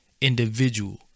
individual